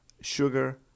sugar